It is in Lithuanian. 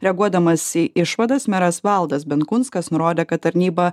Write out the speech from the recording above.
reaguodamas į išvadas meras valdas benkunskas nurodė kad tarnyba